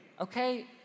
okay